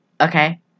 okay